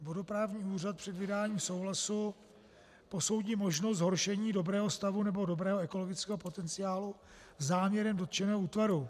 Vodoprávní úřad před vydáním souhlasu posoudí možnost zhoršení dobrého stavu nebo dobrého ekologického potenciálu záměrem dotčeného útvaru.